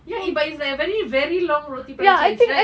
ya but it's like a very very long roti perancis right